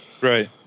Right